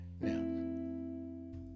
Now